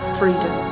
freedom